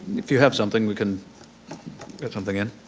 if you have something, we can get something in.